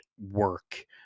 work